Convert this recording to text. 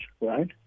right